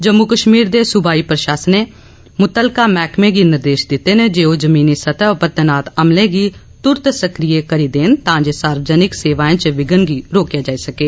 जम्मू कश्मीर दे सूबाई प्रशासने मुतल्लका मैहकमें गी निर्देश दित्ते न जे ओह जमीनी सतह उप्पर तैनात अमले गी तुरत सक्रिय करी देन तांजे सार्वजनिक सेवाएं च विघ्न गी रोकेआ जाई सकैं